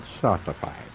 certified